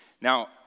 Now